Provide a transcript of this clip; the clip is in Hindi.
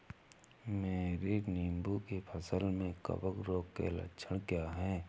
मेरी नींबू की फसल में कवक रोग के लक्षण क्या है?